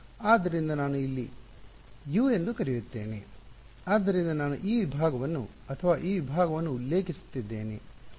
ಆದ್ದರಿಂದ ನಾನು ಇದನ್ನು ಇಲ್ಲಿ U ಎಂದು ಕರೆಯುತ್ತೇನೆ ಆದ್ದರಿಂದ ನಾನು ಈ ವಿಭಾಗವನ್ನು ಅಥವಾ ಈ ವಿಭಾಗವನ್ನು ಉಲ್ಲೇಖಿಸುತ್ತಿದ್ದೇನೆ